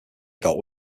got